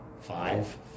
five